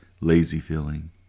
lazy-feeling